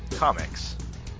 Comics